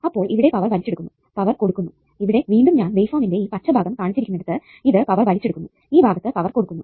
അപ്പോൾ ഇവിടെ പവർ വലിച്ചെടുക്കുന്നു പവർ കൊടുക്കുന്നു ഇവിടെ വീണ്ടും ഞാൻ വേവ്ഫോമിന്റെ ഈ പച്ച ഭാഗം കാണിച്ചിരിക്കുന്നിടത്തു ഇത് പവർ വലിച്ചെടുക്കുന്നു ഈ ഭാഗത്തു പവർ കൊടുക്കുന്നു